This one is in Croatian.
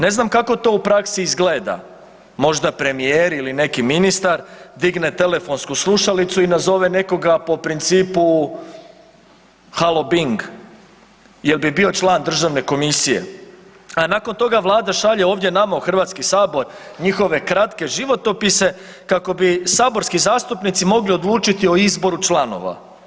Ne znam kako to u praksi izgleda, možda premijer ili neki ministar digne telefonsku slušalicu i nazove nekoga po principu „halo bing, jel bi bio član državne komisije“, a nakon toga vlada šalje ovdje nama u HS njihove kratke životopise kako bi saborski zastupnici mogli odlučiti o izboru članova.